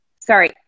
Sorry